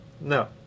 No